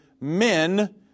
men